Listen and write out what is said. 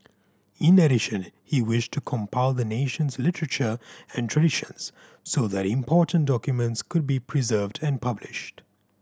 in addition he wished to compile the nation's literature and traditions so that important documents could be preserved and published